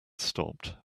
stopped